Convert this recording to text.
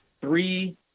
three